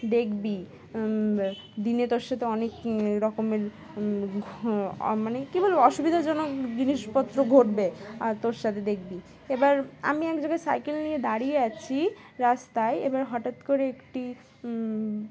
দেখবি দিনে তোর সাথে অনেক রকমের মানে কে বলল অসুবিধাজনক জিনিসপত্র ঘটবে আর তোর সাথে দেখবি এবার আমি এক জায়গায় সাইকেল নিয়ে দাঁড়িয়ে আছি রাস্তায় এবার হঠাৎ করে একটি